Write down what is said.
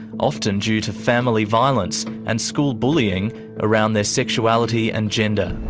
often due to family violence and school bullying around their sexuality and gender.